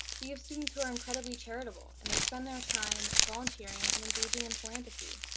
we have students who are incredibly charitable, and they spend their time volunteering and engaging in philanthropy.